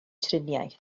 triniaeth